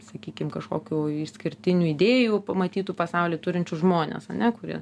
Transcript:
sakykim kažkokių išskirtinių idėjų pamatytų pasauly turinčius žmones ane kurie